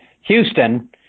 Houston